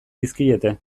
dizkiete